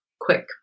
quick